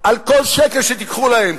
על כל שקל שתיקחו להם,